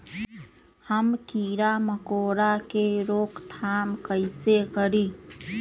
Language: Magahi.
हम किरा मकोरा के रोक थाम कईसे करी?